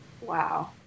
wow